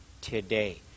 today